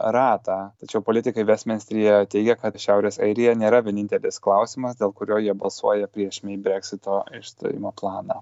ratą tačiau politikai vestminsteryje teigia kad šiaurės airija nėra vienintelis klausimas dėl kurio jie balsuoja prieš mey breksito išstojimo planą